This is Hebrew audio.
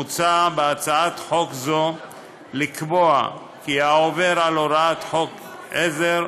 מוצע בהצעת חוק זו לקבוע כי העובר על הוראת חוק עזר,